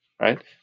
right